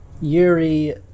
Yuri